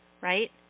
right